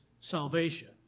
salvation